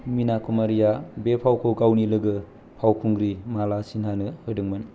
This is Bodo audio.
मिना कुमारिया बे फावखौ गावनि लोगो फावखुंग्रि माला सिन्हानो होदोंमोन